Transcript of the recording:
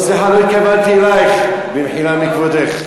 לא, סליחה, לא התכוונתי אלייך, במחילה מכבודך.